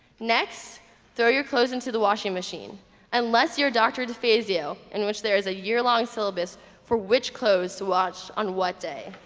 next throw your clothes into the washing machine unless your're doctor defazio in which there is a year-long syllabus for which clothes to watch on what day